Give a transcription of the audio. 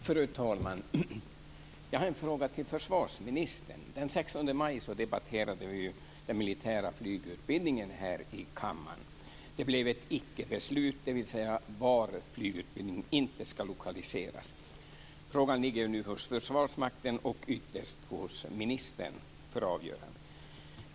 Fru talman! Jag har en fråga till försvarsministern. Den 16 maj debatterade vi ju här i kammaren den militära flygutbildningen. Det blev ett icke-beslut, dvs. om var flygutbildningen inte ska lokaliseras. Frågan ligger nu hos Försvarsmakten och ytterst hos ministern för avgörande.